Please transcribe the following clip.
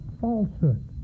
falsehood